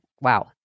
Wow